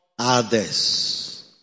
others